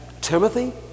Timothy